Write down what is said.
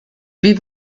wie